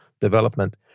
development